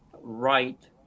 right